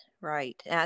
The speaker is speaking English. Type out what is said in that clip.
right